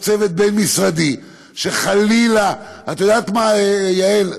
להקים צוות בין-משרדי, שחלילה, את יודעת מה, יעל?